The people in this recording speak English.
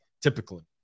typically